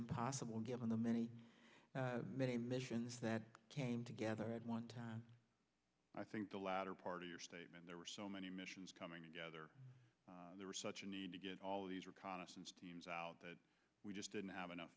impossible given the many many missions that came together at one time i think the latter part of your statement there were so many missions coming together there was such a need to get all these reconnaissance teams out that we just didn't have enough